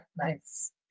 Nice